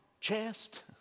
chest